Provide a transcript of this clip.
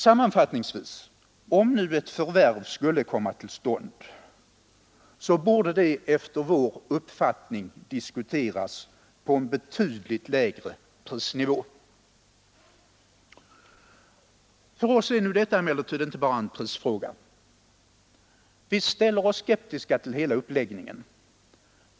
Sammanfattningsvis: Om ett förvärv skulle komma till stånd, så borde det efter vår uppfattning diskuteras på en betydligt lägre prisnivå. För oss är nu detta emellertid inte bara en prisfråga. Vi ställer oss skeptiska till hela uppläggningen.